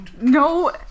No